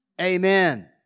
Amen